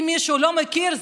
אם מישהו לא מכיר,